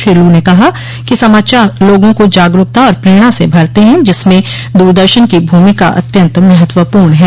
Shri Lu ने कहा कि समाचार लोगों को जागरूकता और प्रेरणा से भरते हैं जिसमें दूरदर्शन की भूमिका अत्यन्त महत्वपूर्ण है